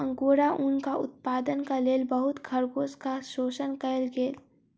angora ऊनक उत्पादनक लेल बहुत खरगोशक शोषण कएल गेल